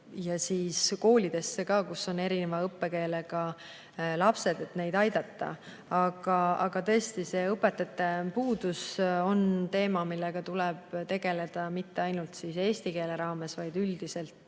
ja ka koolidesse, kus on erineva emakeelega lapsed, et neid aidata. Aga tõesti, õpetajate puudus on teema, millega tuleb tegelda mitte ainult eestikeelse õppe raames, vaid üldiselt.